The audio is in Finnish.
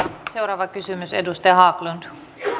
seuraava kysymys edustaja haglund